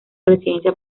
residencia